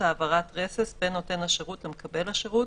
העברת רסס בין נותן השירות למקבל השירות,